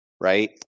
right